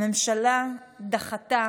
הממשלה דחתה